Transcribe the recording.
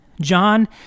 John